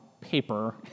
paper